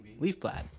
Leafblad